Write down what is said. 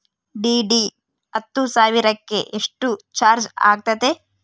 DD ಹತ್ತು ಸಾವಿರಕ್ಕೆ ಎಷ್ಟು ಚಾಜ್೯ ಆಗತ್ತೆ?